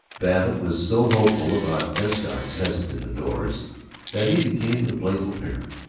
babbitt was so hopeful about escott's hesitant ardors that he became the playful parent.